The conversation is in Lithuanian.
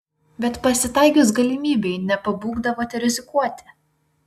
bet pasitaikius galimybei nepabūgdavote rizikuoti